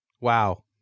Wow